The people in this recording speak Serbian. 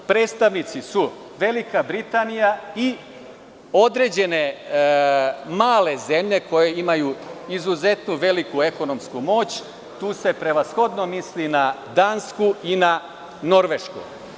Predstavnici su Velika Britanija i određene male zemlje koje imaju izuzetno veliku ekonomsku moć, tu se prevashodno misli na Dansku i na Norvešku.